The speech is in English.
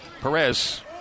Perez